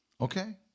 okay